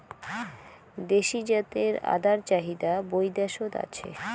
দেশী জাতের আদার চাহিদা বৈদ্যাশত আছে